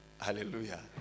Hallelujah